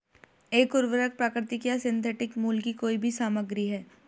एक उर्वरक प्राकृतिक या सिंथेटिक मूल की कोई भी सामग्री है